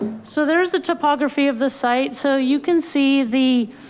so there's the topography of the site. so you can see the.